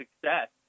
success